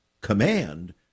command